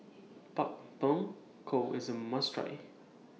Pak Thong Ko IS A must Try